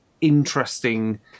interesting